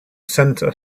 center